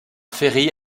ferry